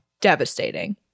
Devastating